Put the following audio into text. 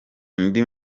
undi